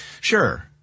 Sure